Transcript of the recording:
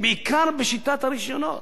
בעיקר בשיטת הרשיונות.